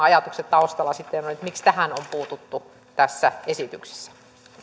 ajatuksen taustalla sitten on miksi tähän on puututtu tässä esityksessä